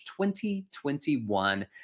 2021